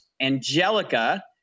Angelica